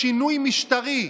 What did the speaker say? שינוי משטרי.